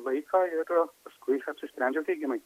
laiką ir paskui apsisprendžiau teigiamai